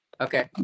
Okay